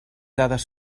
dades